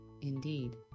indeed